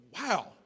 Wow